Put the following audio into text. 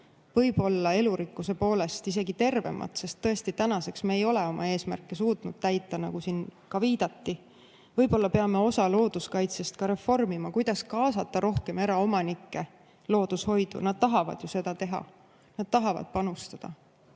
võib-olla elurikkuse poolest isegi tervemad. Sest tõesti, tänaseks me ei ole oma eesmärke suutnud täita, nagu siin ka viidati. Võib-olla peame osa looduskaitsest ka reformima. Kuidas kaasata rohkem eraomanikke loodushoidu? Nad tahavad ju seda teha, nad tahavad panustada.